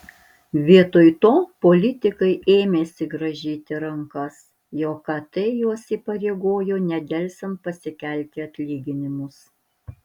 vietoj to politikai ėmėsi grąžyti rankas jog kt juos įpareigojo nedelsiant pasikelti atlyginimus